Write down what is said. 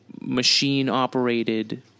machine-operated